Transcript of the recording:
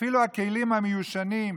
אפילו הכלים המיושנים,